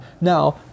Now